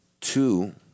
two